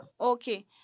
Okay